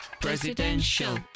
Presidential